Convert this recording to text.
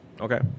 Okay